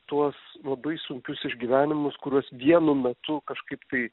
tuos labai sunkius išgyvenimus kuriuos vienu metu kažkaip tai